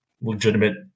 legitimate